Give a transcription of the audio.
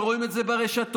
ורואים את זה ברשתות.